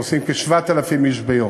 נוסעים כ-7,000 איש ביום.